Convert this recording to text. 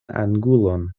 angulon